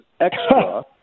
extra